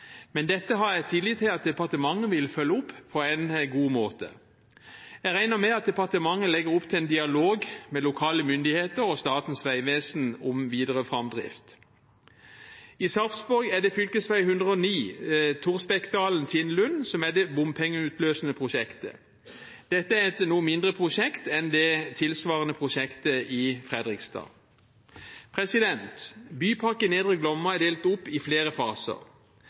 Men dette har jeg tillit til at departementet vil følge opp på en god måte. Jeg regner med at departementet legger opp til en dialog med lokale myndigheter og Statens vegvesen om videre framdrift. I Sarpsborg er det fv. 109 Torsbekkdalen–Tindlund som er det bompengeutløsende prosjektet. Dette er et noe mindre prosjekt enn det tilsvarende prosjektet i Fredrikstad. Bypakke Nedre Glomma er delt opp i flere faser.